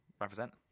represent